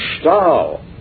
Stahl